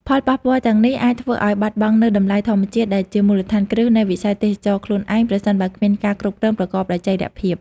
ផលប៉ះពាល់ទាំងនេះអាចធ្វើឲ្យបាត់បង់នូវតម្លៃធម្មជាតិដែលជាមូលដ្ឋានគ្រឹះនៃវិស័យទេសចរណ៍ខ្លួនឯង ប្រសិនបើគ្មានការគ្រប់គ្រងប្រកបដោយចីរភាព។